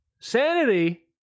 sanity